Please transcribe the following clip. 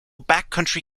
backcountry